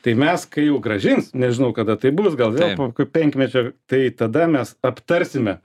tai mes kai jau grąžins nežinau kada tai bus gal vėl po kokio penkmečio tai tada mes aptarsime